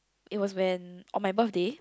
it was when on my birthday